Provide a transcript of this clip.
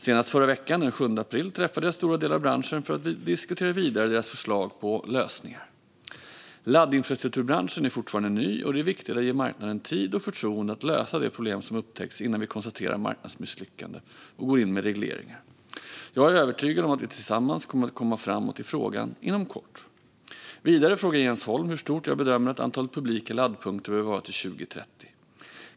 Senast förra veckan, den 7 april, träffade jag stora delar av branschen för att vidare diskutera deras förslag till lösningar. Laddinfrastrukturbranschen är fortfarande ny, och det är viktigt att ge marknaden tid och förtroende att lösa de problem som upptäcks innan vi konstaterar marknadsmisslyckande och går in med regleringar. Jag är övertygad om att vi tillsammans kommer att komma framåt i frågan inom kort. Vidare frågar Jens Holm hur stort jag bedömer att antalet publika laddpunkter behöver vara till 2030.